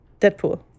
Deadpool